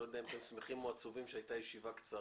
אני לא יודע אם אתם שמחים או עצובים שהיתה ישיבה קצרה,